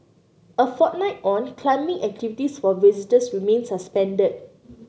a fortnight on climbing activities for visitors remain suspended